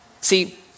See